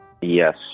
Yes